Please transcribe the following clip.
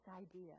idea